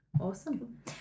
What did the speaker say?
Awesome